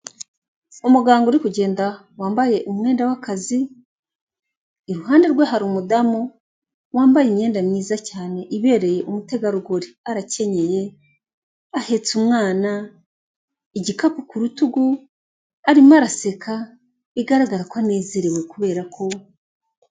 Umuganga uri kugenda wambaye umwenda w'akazi, iruhande rwe hari umudamu wambaye imyenda myiza cyane ibereye umutegarugori. Arakenyeye, ahetse umwana, igikapu ku rutugu, arimo araseka bigaragara ko anezerewe kubera ko